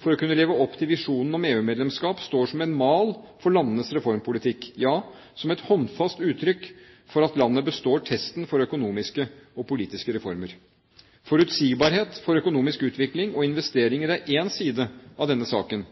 for å kunne leve opp til visjonen om EU-medlemskap står som en mal for landenes reformpolitikk – ja, som et håndfast uttrykk for at landet består testen for økonomiske og politiske reformer. Forutsigbarhet for økonomisk utvikling og investeringer er én side av denne saken,